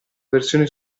versione